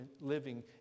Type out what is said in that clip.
living